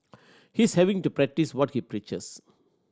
he's having to practice what he preaches